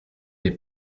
les